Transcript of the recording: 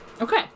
Okay